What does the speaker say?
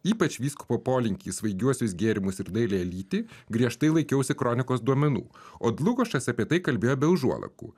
ypač vyskupo polinkį į svaigiuosius gėrimus ir dailiąją lytį griežtai laikiausi kronikos duomenų o dlugošas apie tai kalbėjo be užuolankų